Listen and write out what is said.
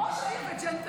ראש העיר וג'נטלמן.